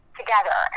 together